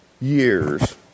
years